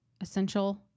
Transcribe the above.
essential